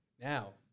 Now